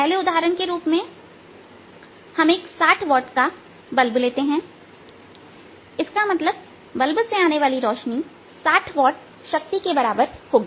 पहले उदाहरण के रूप में हम एक 60 वाट का बल्ब लेते हैं इसका मतलब है कि बल्ब से आने वाली रोशनी 60 वाट शक्ति के बराबर होगी